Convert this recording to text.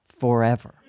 forever